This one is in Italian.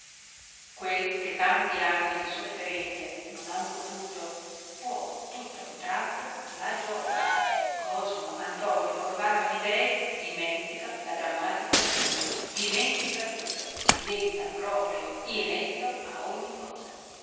quel che tanti anni di sofferenze non han potuto può tutta un tratto la gioja cosmo antonio corvara amidei dimentica la grammatica latina dimentica tutto diventa proprio inetto a ogni cosa